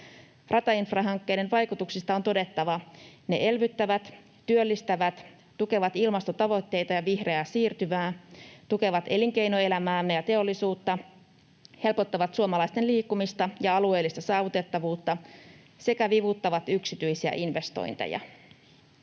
Ratainfrahankkeiden vaikutuksista on todettava: ne elvyttävät, työllistävät, tukevat ilmastotavoitteita ja vihreää siirtymää, tukevat elinkeinoelämäämme ja teollisuutta, helpottavat suomalaisten liikkumista ja alueellista saavutettavuutta sekä vivuttavat yksityisiä investointeja.